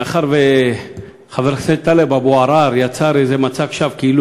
מאחר שחבר הכנסת טלב אבו עראר יצר איזה מצג שווא כאילו